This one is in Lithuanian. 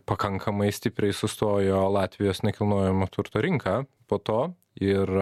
pakankamai stipriai sustojo latvijos nekilnojamo turto rinka po to ir